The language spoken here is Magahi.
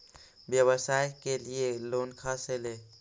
व्यवसाय के लिये लोन खा से ले?